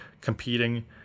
competing